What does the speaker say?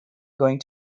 going